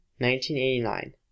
1989